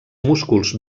músculs